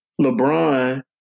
LeBron